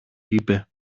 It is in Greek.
είπε